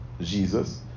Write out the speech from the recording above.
Jesus